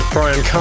Brian